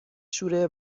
شوره